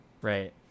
right